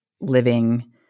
living